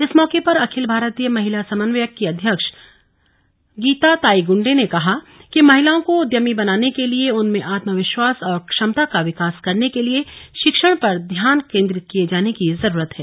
इस मौके पर अखिल भारतीय महिला समन्वयक की अध्यक्षा गीता ताई गुंडे ने कहा कि महिलाओं को उद्यमी बनाने के लिए उनमें आत्मविश्वास और क्षमता का विकास करने के लिए शिक्षण पर ध्यान केन्द्रित किये जाने की जरूरत है